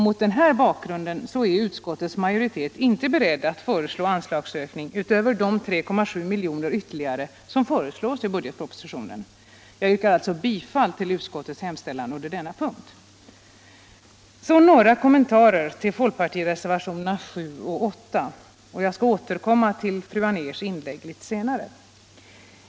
Mot denna bakgrund är utskottets majoritet inte beredd att föreslå anslagsökning utöver de 3,7 miljoner ytterligare som föreslås i budgetpropositionen. Fru talman! Jag yrkar bifall till utskottets hemställan under denna punkt. Jag återkommer till fru Anérs inlägg litet senare. Så bara några kommentarer till folkpartireservationerna 7 och 8.